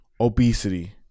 obesity